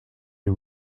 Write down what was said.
you